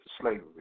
slavery